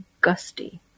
gusty